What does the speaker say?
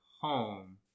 home